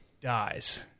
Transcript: dies